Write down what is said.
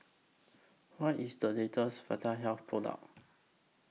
What IS The latest Vitahealth Product